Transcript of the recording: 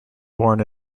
born